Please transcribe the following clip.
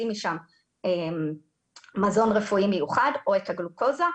משם מזון רפואי מיוחד או את הגלוקוזה,